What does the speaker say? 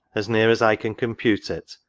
as near as i can compute it,